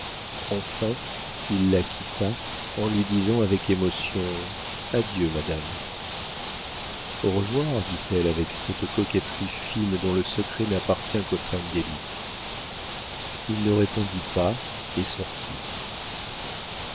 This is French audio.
enfin il la quitta en lui disant avec émotion adieu madame au revoir dit-elle avec cette coquetterie fine dont le secret n'appartient qu'aux femmes d'élite il ne répondit pas et sortit